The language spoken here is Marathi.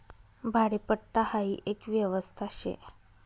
भाडेपट्टा हाई एक व्यवस्था शे